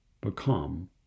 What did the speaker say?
become